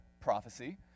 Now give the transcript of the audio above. prophecy